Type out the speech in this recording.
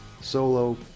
solo